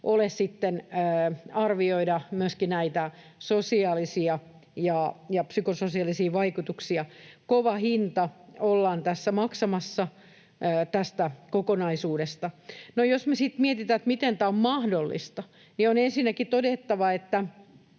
arvioida myöskään näitä sosiaalisia ja psykososiaalisia vaikutuksia. Kova hinta ollaan tässä maksamassa tästä kokonaisuudesta. Jos me sitten mietitään, miten tämä on mahdollista, niin on ensinnäkin todettava, että